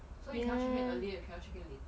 ya lor